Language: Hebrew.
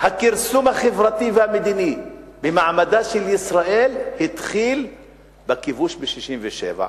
שהכרסום החברתי והמדיני במעמדה של ישראל התחיל בכיבוש ב-67'.